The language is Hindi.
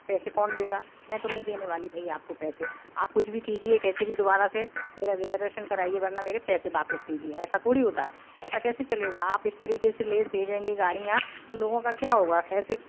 पैसे कौन देगा मैं तो नहीं देने वाली भाई आप को पैसे आप कुछ भी कीजिए कैसे भी दोबारा से मेरा रिज़र्वेशन कराइए वरना मेरे पैसे वापस कीजिए ऐसा थोड़ी होता है ऐसा कैसे चलेगा आप इस तरीक़े से लेट भेजेंगे गाड़ियां तो लोगों का क्या होगा ऐसे